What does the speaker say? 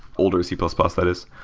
older c plus plus that is.